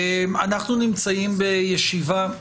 אנחנו נמצאים בישיבה,